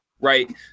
right